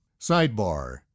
Sidebar